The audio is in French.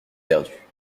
perdue